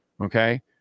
okay